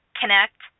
connect